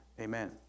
Amen